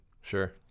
Sure